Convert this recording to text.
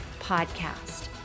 podcast